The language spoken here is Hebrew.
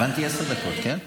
הבנתי שעשר דקות, כן?